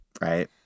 Right